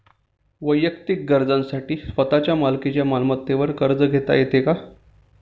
वैयक्तिक गरजांसाठी स्वतःच्या मालकीच्या मालमत्तेवर कर्ज घेता येतो का?